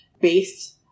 based